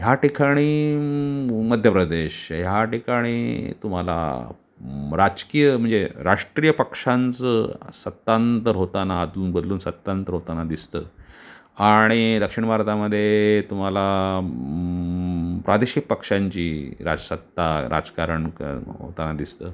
ह्या ठिकाणी मध्यप्रदेश ह्या ठिकाणी तुम्हाला राजकीय म्हणजे राष्ट्रीय पक्षांचं सत्तांतर होताना अदलून बदलून सत्तांतर होताना दिसतं आणि दक्षिण भारतामध्ये तुम्हाला प्रादेशिक पक्षांची राजसत्ता राजकारण क होताना दिसतं